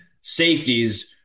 safeties